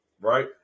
right